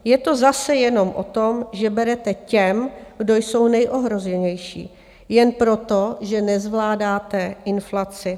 Je to zase jenom o tom, že berete těm, kdo jsou nejohroženější, jen proto, že nezvládáte inflaci.